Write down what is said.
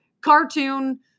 cartoon